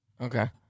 okay